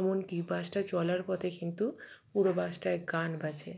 এমন কি বাসটা চলার পথে কিন্তু পুরো বাসটায় গান বাজে